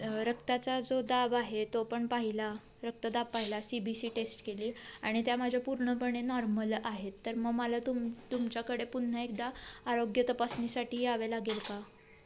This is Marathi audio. रक्ताचा जो दाब आहे तो पण पाहिला रक्तदाब पाहिला सी बी सी टेस्ट केली आणि त्या माझ्या पूर्णपणे नॉर्मल आहेत तर मग मला तुम तुमच्याकडे पुन्हा एकदा आरोग्य तपासणीसाठी यावे लागेल का